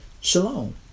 shalom